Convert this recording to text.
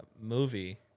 movie